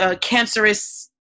cancerous